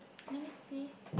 let me see